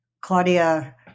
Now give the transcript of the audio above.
Claudia